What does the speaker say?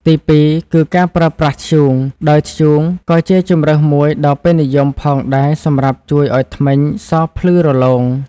ទីពីរគឺការប្រើប្រាស់ធ្យូង ដោយធ្យូងក៏ជាជម្រើសមួយដ៏ពេញនិយមផងដែរសម្រាប់ជួយឲ្យធ្មេញសភ្លឺរលោង។